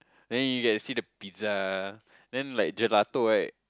then you can see the pizza then like gelato right